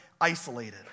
isolated